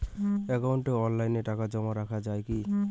একাউন্টে অনলাইনে টাকা জমা রাখা য়ায় কি?